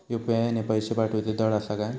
UPI ने पैशे पाठवूचे धड आसा काय?